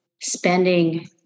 spending